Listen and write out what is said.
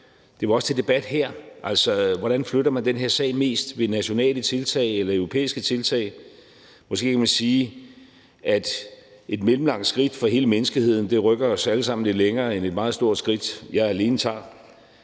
Det var også til debat her, altså hvordan man flytter den her sag mest. Er det med nationale tiltag eller europæiske tiltag? Og så kan man sige, at et mellemlangt skridt for hele menneskeheden rykker os alle sammen lidt længere end et meget stort skridt, som jeg alene tager.